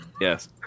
Yes